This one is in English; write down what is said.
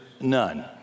none